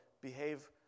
behave